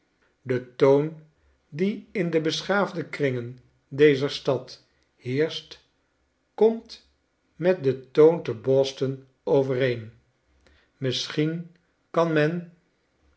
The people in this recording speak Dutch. de toon die in de beschaafde kringen dezer stad heerscht komt met den toon te boston overeen misschien kan men